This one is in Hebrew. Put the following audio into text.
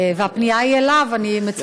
הפנייה היא אליו, ואני מצפה לתשובה.